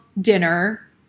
dinner